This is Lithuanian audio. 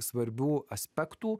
svarbių aspektų